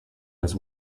his